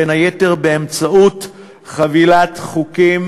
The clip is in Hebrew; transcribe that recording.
בין היתר באמצעות חבילת חוקים,